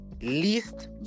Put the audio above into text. least